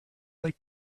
like